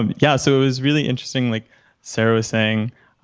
um yeah, so it was really interesting, like sarah was saying,